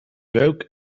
geuk